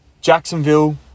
Jacksonville